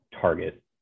target